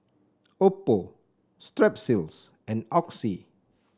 Oppo Strepsils and Oxy